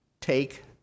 take